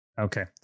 okay